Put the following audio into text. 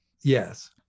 Yes